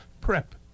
PrEP